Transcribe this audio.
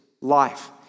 life